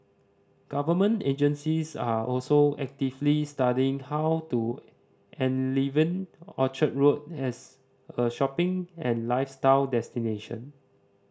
government agencies are also actively studying how to enliven Orchard Road as a shopping and lifestyle destination